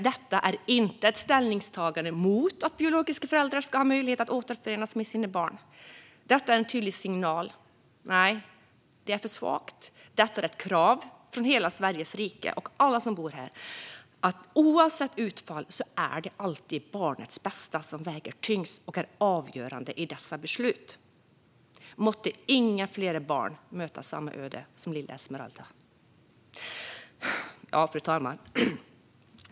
Detta är inte ett ställningstagande mot att biologiska föräldrar ska ha möjlighet att återförenas med sina barn. Detta är en tydlig signal - nej det är för svagt. Detta är ett krav från hela Sveriges rike och alla som bor här att oavsett utfall ska barnets bästa alltid väga tyngst och vara avgörande i dessa beslut. Måtte inga fler barn möta samma öde som lilla Esmeralda. Fru talman!